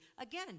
again